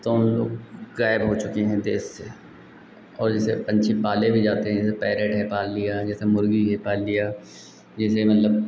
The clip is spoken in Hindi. तो वह लोग गायब हो चुके हैं देश से और जैसे पक्षी पाले भी जाते हैं जैसे पैरेट है पाल लिया जैसे मुर्गी है पाल लिया जैसे मतलब